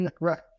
Right